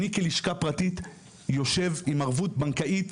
אני, כלשכה פרטית, יושב עם ערבות בנקאית